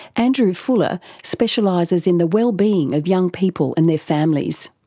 andrew fuller specialises in the wellbeing of young people and their families.